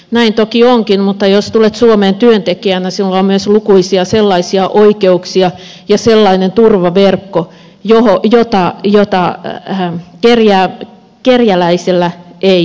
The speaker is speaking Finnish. näin toki onkin mutta jos tulet suomeen työntekijänä sinulla on myös lukuisia sellaisia oikeuksia ja sellainen turvaverkko jonka vetää jota hän pyörii joita kerjäläisellä ei ole